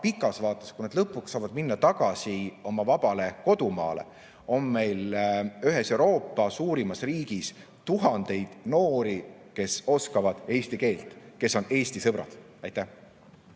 pikas vaates, kui nad lõpuks saavad minna tagasi oma vabale kodumaale, on meil ühes Euroopa suurimas riigis tuhandeid noori, kes oskavad eesti keelt, kes on Eesti sõbrad. Ma